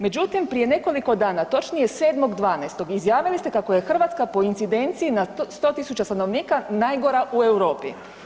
Međutim, prije nekoliko dana točnije 7. 12. izjavili ste kako je Hrvatska po incidenciji na 100 tisuća stanovnika najgora u Europi.